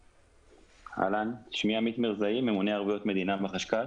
אני ממונה ערבויות מדינה בחשכ"ל.